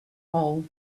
all